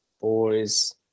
Boys